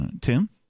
Tim